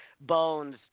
Bones